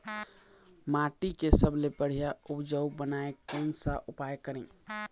माटी के सबसे बढ़िया उपजाऊ बनाए कोन सा उपाय करें?